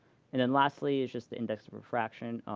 and then lastly is just the index of refraction